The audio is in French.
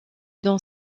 dans